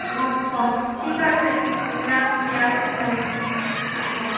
আচ্ছা ঠিক আছে আমি রাখছি আসছি আমি রাখো